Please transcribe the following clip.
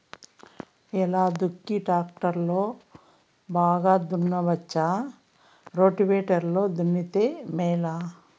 ఎలా దుక్కి టాక్టర్ లో బాగా దున్నవచ్చునా రోటివేటర్ లో దున్నితే మేలా?